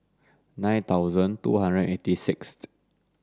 nine thousand two hundred and eighty sixth